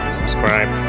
subscribe